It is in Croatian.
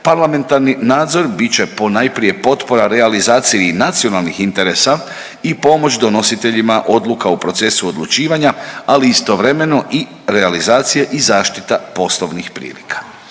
parlamentarni nadzor bit će ponajprije potpora realizaciji nacionalnih interesa i pomoć donositeljima odluka u procesu odlučivanja, ali istovremeno i realizacija i zaštita poslovnih prilika.